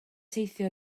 teithio